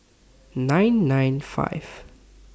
nine nine five